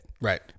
Right